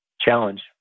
challenge